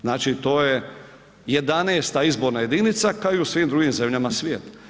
Znači to je 11. izborna jedinica, kao i u svim drugim zemljama svijeta.